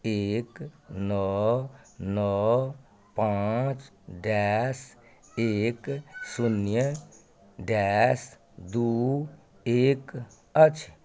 एक नओ नओ पाँच डैश एक शून्य डैश दू एक अछि